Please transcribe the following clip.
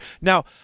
Now